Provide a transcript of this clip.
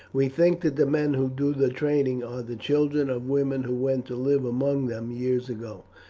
we think that the men who do the trading are the children of women who went to live among them years ago.